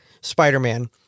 Spider-Man